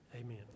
Amen